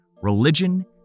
religion